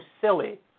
silly